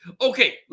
Okay